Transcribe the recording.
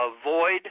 avoid